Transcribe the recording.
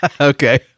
Okay